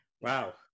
Wow